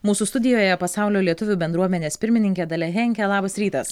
mūsų studijoje pasaulio lietuvių bendruomenės pirmininkė dalia henke labas rytas